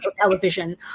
television